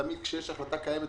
תמיד כשיש החלטה קיימת,